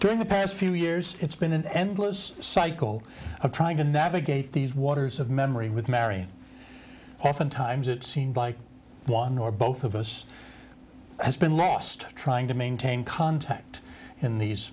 during the past few years it's been an endless cycle of trying to navigate these waters of memory with mary often times it seemed like one or both of us has been lost trying to maintain contact in these